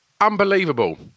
Unbelievable